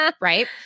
right